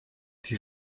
die